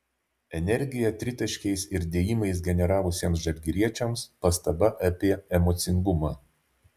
energiją tritaškiais ir dėjimais generavusiems žalgiriečiams pastaba apie emocingumą